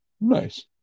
Nice